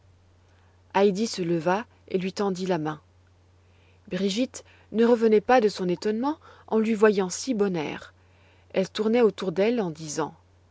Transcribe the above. heidi se leva et lui tendit la main brigitte ne revenait pas de son étonnement en lui voyant si bon air elle tournait autour d'elle en